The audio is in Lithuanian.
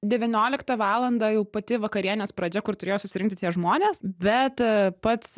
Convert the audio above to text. devynioliktą valandą jau pati vakarienės pradžia kur turėjo susirinkti tie žmones bet pats